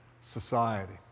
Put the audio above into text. society